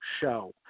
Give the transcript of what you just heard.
show